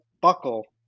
buckle